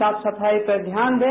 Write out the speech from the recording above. साफ सफाई पर ध्यान दें